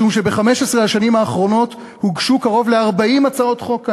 משום שב-15 השנים האחרונות הוגשו קרוב ל-40 הצעות חוק כאלו,